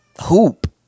hoop